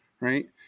right